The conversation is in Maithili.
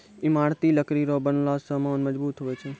ईमारती लकड़ी रो बनलो समान मजबूत हुवै छै